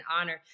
honor